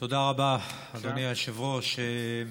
תודה רבה, אדוני היושב-ראש.